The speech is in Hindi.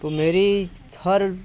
तो मेरी हर